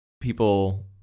people